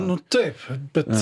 nu taip bet